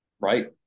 right